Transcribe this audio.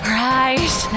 right